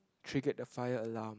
triggered the fire alarm